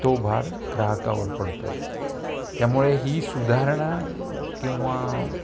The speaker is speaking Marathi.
तो भार ग्राहकावर पडतोय त्यामुळे ही सुधारणा किंवा